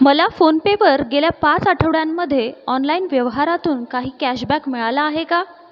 मला फोनपेवर गेल्या पाच आठवड्यांमध्ये ऑनलाइन व्यवहारातून काही कॅशबॅक मिळाला आहे का